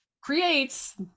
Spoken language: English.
creates